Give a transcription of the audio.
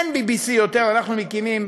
אין יותר BBC. אנחנו מקימים